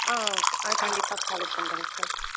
ஆ okay கண்டிப்பாக அது follow பண்றேங்க சார்